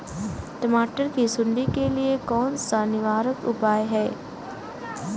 मटर की सुंडी के लिए कौन सा निवारक उपाय है?